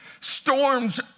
storms